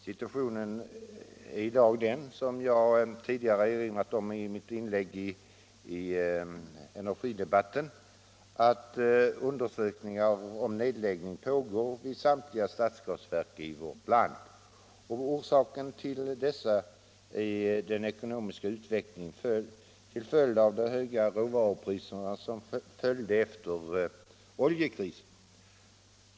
Situationen är i dag den, som jag erinrat om i mitt inlägg tidigare i dagens energidebatt, att undersökningar om nedläggning pågår vid samtliga stadsgasverk i vårt land. Orsaken härtill är den ekonomiska utvecklingen på grund av de höga råvarupriserna som följde efter oljekrisen.